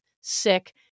sick